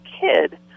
kid